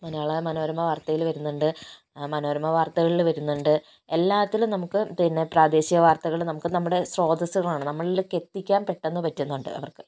മലയാള മനോരമ വാർത്തയിൽ വരുന്നുണ്ട് മനോരമ വാർത്തകളില് വരുന്നുണ്ട് എല്ലാത്തിലും നമുക്ക് പിന്നെ പ്രാദേശിക വാർത്തകള് നമുക്ക് നമ്മുടെ ശ്രോതസ്സുകളാണ് നമ്മളിലേക്ക് എത്തിക്കാൻ പെട്ടെന്ന് പറ്റുന്നുണ്ട് അവർക്ക്